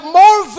more